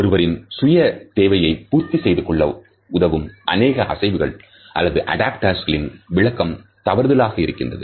ஒருவரின் சுய தேவையை பூர்த்தி செய்துகொள்ள உதவும் அனேக அசைவுகள் அல்லது அடாப்டர்ஸ் ளின் விளக்கம் தவறுதலாக இருக்கின்றன